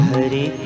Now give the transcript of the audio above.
Hari